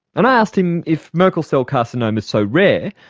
and i asked him if merkel cell carcinoma is so rare,